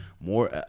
more –